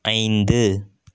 ஐந்து